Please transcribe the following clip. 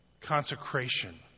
consecration